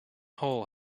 hole